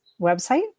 website